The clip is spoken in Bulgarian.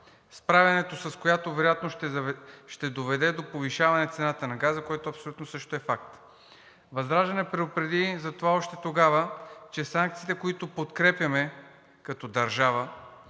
справянето, с която вероятно ще доведе до повишаване цената на газа, което абсолютно също е факт. ВЪЗРАЖДАНЕ предупреди за това още тогава, че санкциите, които подкрепяме като държава,